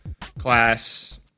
class